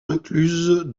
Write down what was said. incluses